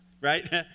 Right